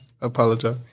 Apologize